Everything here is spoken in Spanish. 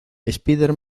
spider